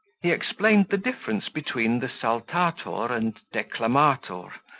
he explained the difference between the saltator and declamator,